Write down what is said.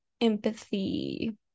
empathy